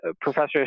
professor